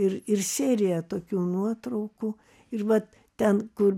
ir ir serija tokių nuotraukų ir vat ten kur